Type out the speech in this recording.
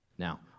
Now